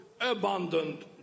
abandoned